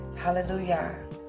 Hallelujah